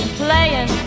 playing